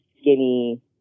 skinny